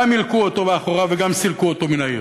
גם הלקו אותו באחוריו וגם סילקו אותו מן העיר.